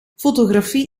fotografie